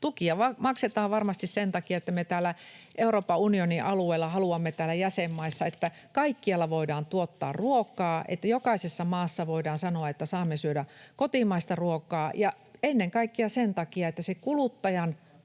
tukia maksetaan varmasti sen takia, että me Euroopan unionin alueella haluamme täällä jäsenmaissa, että kaikkialla voidaan tuottaa ruokaa, että jokaisessa maassa voidaan sanoa, että saamme syödä kotimaista ruokaa, ja ennen kaikkea sen takia, että se kuluttajan